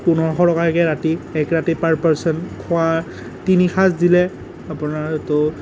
পোন্ধৰশ টকাকৈ ৰাতি এক ৰাতি পাৰ পাৰ্চন খোৱা তিনি সাঁজ দিলে আপোনাৰ এইটো